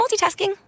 multitasking